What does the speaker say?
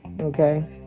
okay